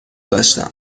داشتم